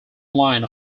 line